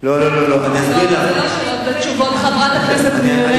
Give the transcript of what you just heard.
לא שאלות ותשובות, חברת הכנסת מירי רגב.